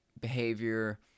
behavior—